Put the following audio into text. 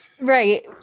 right